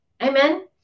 Amen